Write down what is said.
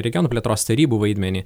regionų plėtros tarybų vaidmenį